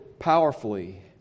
powerfully